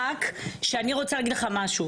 רק שאני רוצה להגיד לך משהו.